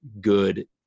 good